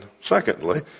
secondly